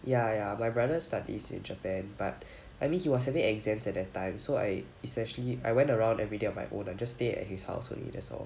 ya ya my brother studies in japan but I mean he was having exams at that time so I essentially I went around everyday on my own I just stay at his house only that's all